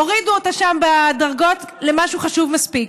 הורידו אותה שם בדרגות למשהו חשוב מספיק.